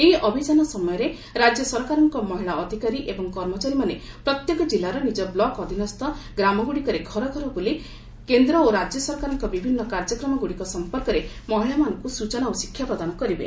ଏହି ଅଭିଯାନ ସମୟରେ ରାଜ୍ୟ ସରକାରଙ୍କ ମହିଳା ଅଧିକାରୀ ଏବଂ କର୍ମଚାରୀମାନେ ପ୍ରତ୍ୟେକ ଜିଲ୍ଲାର ନିଜ ବ୍ଲକ୍ ଅଧୀନସ୍ଥ ଗ୍ରାମଗୁଡ଼ିକରେ ଘର ଘର ବୁଲି କେନ୍ଦ୍ର ଓ ରାଜ୍ୟ ସରକାରଙ୍କ ବିଭିନ୍ନ କାର୍ଯ୍ୟକ୍ରମଗୁଡ଼ିକ ସମ୍ପର୍କରେ ମହିଳାମାନଙ୍କୁ ସ୍କଚନା ଓ ଶିକ୍ଷା ପ୍ରଦାନ କରିବେ